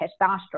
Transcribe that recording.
testosterone